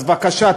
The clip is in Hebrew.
אז בבקשה,